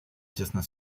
тесно